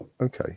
Okay